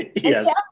Yes